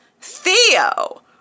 Theo